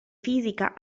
fisica